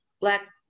black